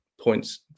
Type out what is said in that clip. points